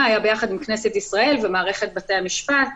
היה ביחד עם כנסת ישראל ומערכת בתי המשפט.